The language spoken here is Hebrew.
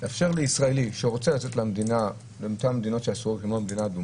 לאפשר לישראלי שרוצה לצאת לאותן מדינות אדומות,